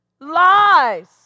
lies